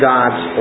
God's